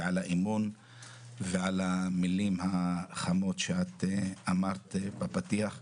ועל האמון ועל המלים החמות שאת אמרת בפתיח.